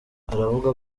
aravuga